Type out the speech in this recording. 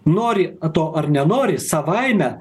nori to ar nenori savaime